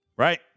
Right